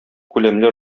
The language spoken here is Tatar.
күләмле